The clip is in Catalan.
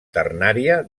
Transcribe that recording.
ternària